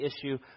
issue